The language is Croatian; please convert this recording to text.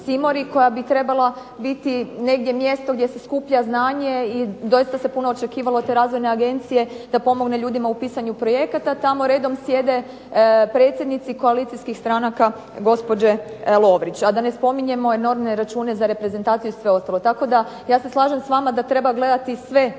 koja bi trebala biti negdje mjesto gdje se skuplja znanje i doista se puno očekivalo od te razvojne agencije da pomogne ljudima u pisanju projekata. Tamo redom sjede predsjednici koalicijskih stranaka gospođe Lovrić, a da ne spominjemo enormne računa za reprezentaciju i sve ostalo. Tako da ja se slažem s vama da treba gledati sve